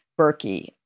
Berkey